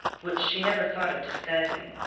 which she never thought of disguising.